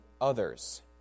others